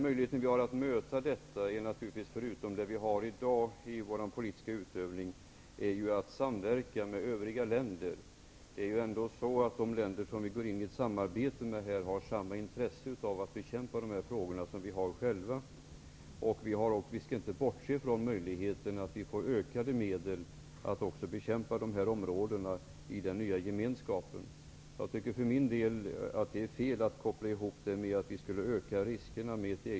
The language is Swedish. Möjligheten att möta detta på är, förutom de möjligheter vi har i dag i vår politiska utövning, att samverka med övriga länder. De länder som vi ingår ett samarbete med har ju ändå samma intresse av att bekämpa de här frågorna, precis vi själva. Vi skall inte bortse från möjligheten att få ökade medel till att bekämpa även dessa områden i den nya gemenskapen. Jag tycker att det är fel att koppla ihop ett EG medlemskap med att vi skulle öka riskerna.